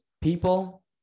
people